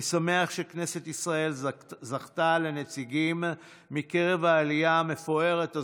אני שמח שכנסת ישראל זכתה לנציגים מקרב העלייה המפוארת הזאת,